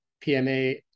PMA